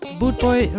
bootboy